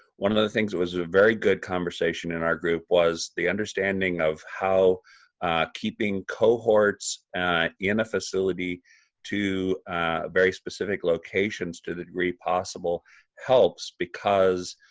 one of the things that was a very good conversation in our group was the understanding of how keeping cohorts and in a facility to very specific locations to the degree possible helps because